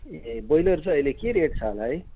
ए broiler चाहिँ अहिले के रेट छ होला है